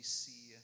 see